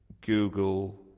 Google